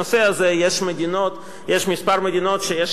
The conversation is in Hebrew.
יש דוגמאות שונות למה בדיוק נכנעים, באילו נסיבות.